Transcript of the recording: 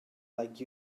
like